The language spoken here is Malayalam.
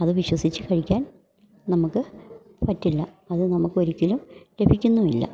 അത് വിശ്വസിച്ച് കഴിക്കാൻ നമുക്ക് പറ്റില്ല അത് നമുക്കൊരിക്കലും ലഭിക്കുന്നുമില്ല